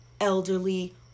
elderly